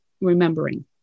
remembering